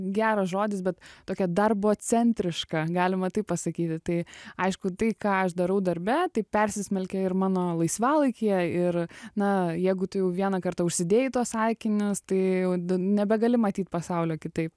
geras žodis bet tokia darbocentriška galima taip pasakyti tai aišku tai ką aš darau darbe tai persismelkia ir mano laisvalaikyje ir na jeigu tu jau vieną kartą užsidėjai tuos akinius tai jau nebegali matyt pasaulio kitaip